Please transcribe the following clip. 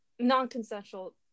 non-consensual